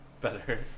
Better